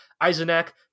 Eisenach